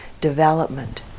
development